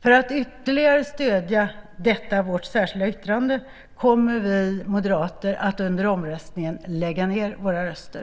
För att ytterligare stödja detta vårt särskilda yttrande kommer vi moderater att under omröstningen lägga ned våra röster.